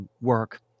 work